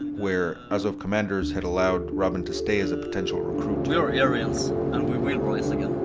where azov commanders had allowed robin to stay as a potential recruit. we are aryans and we will rise again.